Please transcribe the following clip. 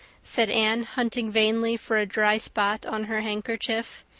said anne, hunting vainly for a dry spot on her handkerchief.